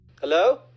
Hello